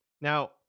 Now